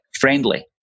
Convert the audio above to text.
friendly